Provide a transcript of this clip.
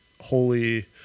holy